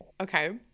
Okay